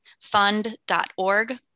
fund.org